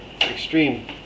extreme